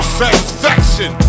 satisfaction